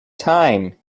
time